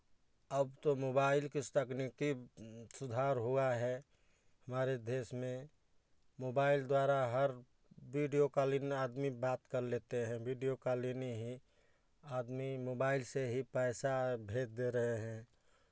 अब तो मोबाइल किस तकनीकी सुधार हुआ है हमारे देस में मोबाइल द्वारा हर विडियो कॉलिंग में आदमी बात कर लेते हैं वीडियो कॉलिंग में ही आदमी मोबाइल से ही पैसा भेज दे रहे हैं